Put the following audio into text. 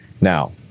Now